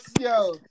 Yo